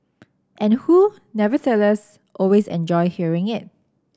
and who nevertheless always enjoy hearing it